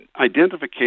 identification